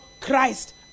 Christ